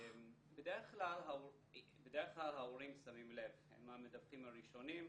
בדרך כלל ההורים שמים לב, הם המדווחים הראשונים.